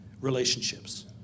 relationships